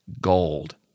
gold